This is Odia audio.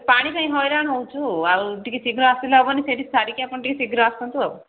ପାଣି ପାଇଁ ହଇରାଣ ହେଉଛୁ ଆଉ ଟିକିଏ ଶୀଘ୍ର ଆସିଲେ ହେବ ନାହିଁ ସେଇଠି ସାରିକି ଟିକିଏ ଆପଣ ଶୀଘ୍ର ଆସନ୍ତୁ ଆଉ